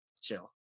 chill